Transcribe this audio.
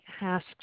asked